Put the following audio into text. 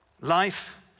Life